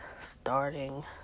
starting